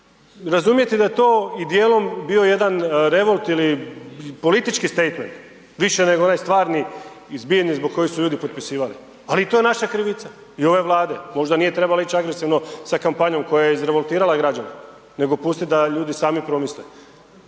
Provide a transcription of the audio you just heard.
razumjeti da je to i dijelom bio jedan revolt ili politički statement više nego onaj stvarni i zbijeni zbog kojeg su ljudi potpisivali ali i to je naša krivica i ove Vlade. Možda nije trebala ići agresivno sa kampanjom koja je izrevoltirala građane nego pustiti da ljudi sami promisle.